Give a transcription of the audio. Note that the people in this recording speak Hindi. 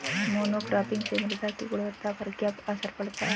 मोनोक्रॉपिंग से मृदा की गुणवत्ता पर क्या असर पड़ता है?